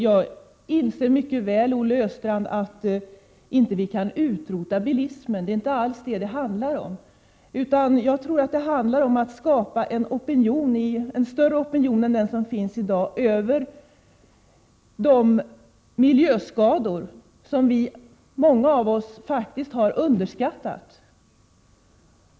Jag inser mycket väl, Olle Östrand, att vi inte kan utrota bilismen. Det är inte alls vad det handlar om. Jag tror att vi måste försöka skapa en större opinion än den som finns i dag vad gäller de miljöskador som många av oss faktiskt har underskattat.